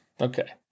okay